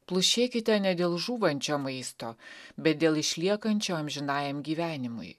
plušėkite ne dėl žūvančio maisto bet dėl išliekančio amžinajam gyvenimui